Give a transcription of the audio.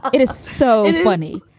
it is so funny.